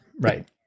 Right